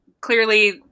clearly